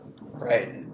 Right